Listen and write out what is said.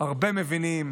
הרבה מבינים